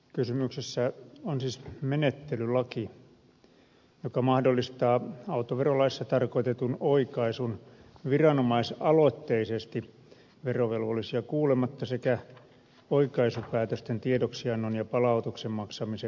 kysymyksessä on siis menettelylaki joka mahdollistaa autoverolaissa tarkoitetun oikaisun viranomaisaloitteisesti verovelvollisia kuulematta sekä oikaisupäätösten tiedoksiannon ja palautuksen maksamisen verohallinnon kautta